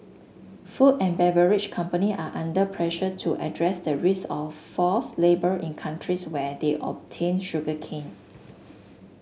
food and beverage company are under pressure to address the risk of forced labour in countries where they obtain sugarcane